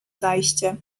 zajście